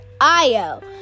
IO